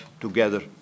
together